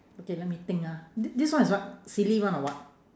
okay let me think ah thi~ this one is what silly one or what